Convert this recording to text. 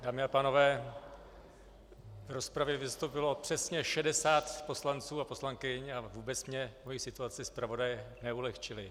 Dámy a pánové, v rozpravě vystoupilo přesně 60 poslanců a poslankyň a vůbec mně moji situaci zpravodaje neulehčili.